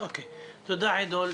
תודה, עדו.